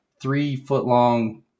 three-foot-long